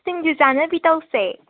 ꯁꯤꯡꯖꯨ ꯆꯥꯅꯕꯤ ꯇꯧꯁꯦ